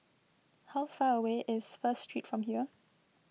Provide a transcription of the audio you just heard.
how far away is First Street from here